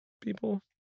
people